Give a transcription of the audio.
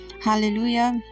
hallelujah